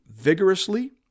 vigorously